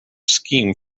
scheme